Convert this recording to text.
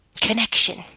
connection